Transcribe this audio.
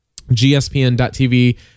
gspn.tv